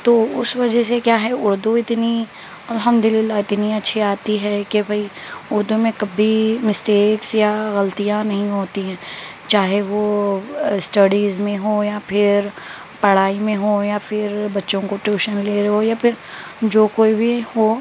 تو اس وجہ سے کیا ہے اردو اتنی الحمدللہ اتنی اچھی آتی ہے کہ بھائی اردو میں کبھی مسٹیکس یا غلطیاں نہیں ہوتی ہیں چاہے وہ اسٹڈیز میں ہوں یا پھر پڑھائی میں ہوں یا پھر بچوں کو ٹیوشن لے رہے ہو یا پھر جو کوئی بھی ہو